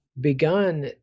begun